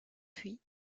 puis